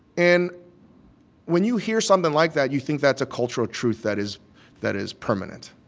and when you hear something like that, you think that's a cultural truth that is that is permanent,